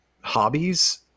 hobbies